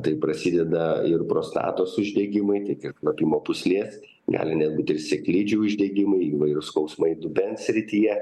tai prasideda ir prostatos uždegimai tiek ir kvapimo pūslės gali netgi tri sėklidžių uždegimai įvairūs skausmai dubens srityje